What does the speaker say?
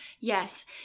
Yes